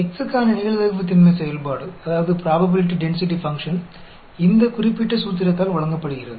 X க்கான நிகழ்தகவு திண்மை செயல்பாடு இந்த குறிப்பிட்ட சூத்திரத்தால் வழங்கப்படுகிறது